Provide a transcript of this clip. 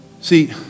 see